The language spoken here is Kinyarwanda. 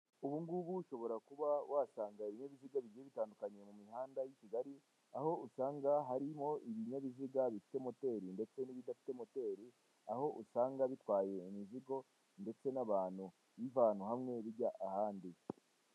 Ubungubu ushobora kuba wasanga ibinyabiziga bigiye bitandukanye mu mihanda y'i Kigali, aho usanga harimo ibinyabiziga bifite moteri ndetse n'ibidafite moteri aho usanga bitwaye imizigo ndetse n'abantu bivanwa hamwe bijya ahandi.